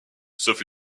sauf